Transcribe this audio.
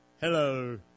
Hello